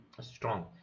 strong